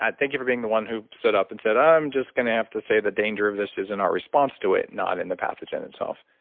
ah thank you for being the one who stood up and said, i'm just going to have to say the dangerous of this isn't a response to it, not in the pathogen itself.